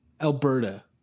alberta